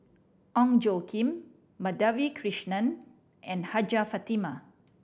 Ong Tjoe Kim Madhavi Krishnan and Hajjah Fatimah